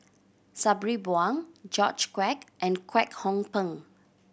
Sabri Buang George Quek and Kwek Hong Png